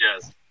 Yes